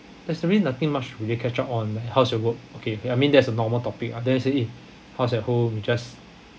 there's really nothing much to be catch up on how's your work okay I mean that's a normal topic others will say eh how's at home you just